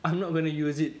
I'm not going to use it